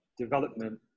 development